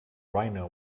rhino